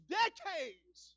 decades